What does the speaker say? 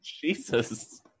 Jesus